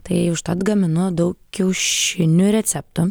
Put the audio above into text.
tai užtat gaminu daug kiaušinių receptų